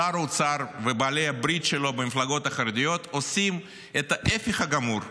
שר האוצר ובעלי הברית שלו במפלגות החרדיות עושים את ההפך הגמור: